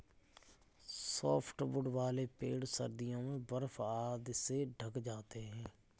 softwood वाले पेड़ सर्दियों में बर्फ आदि से ढँक जाते हैं